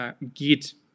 geht